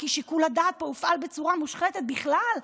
כי שיקול הדעת פה הופעל בצורה מושחתת בכלל,